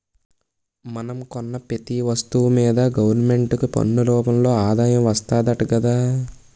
మనం కొన్న పెతీ ఒస్తువు మీదా గవరమెంటుకి పన్ను రూపంలో ఆదాయం వస్తాదట గదా